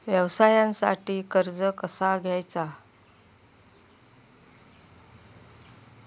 व्यवसायासाठी कर्ज कसा घ्यायचा?